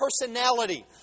personality